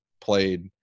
played